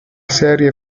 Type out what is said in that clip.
serie